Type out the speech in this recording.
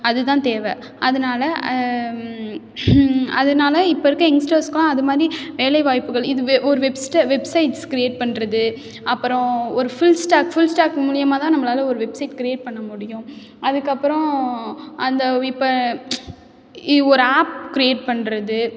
அது தான் தேவை அதனால அதனால இப்போ இருக்க யங்ஸ்டர்ஸுக்குலாம் அது மாதிரி வேலை வாய்ப்புகள் இதுவே ஒரு வெப்சைட்ஸ் க்ரியேட் பண்ணுறது அப்புறம் ஒரு ஃபுல்ஸ்டாக் ஃபுல்ஸ்டாக் மூலிமா தான் நம்மளால் ஒரு வெப்சைட் க்ரியேட் பண்ண முடியும் அதுக்கப்புறம் அந்த இப்போ இ ஒரு ஆப் க்ரியேட் பண்ணுறது